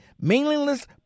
meaningless